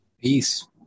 Peace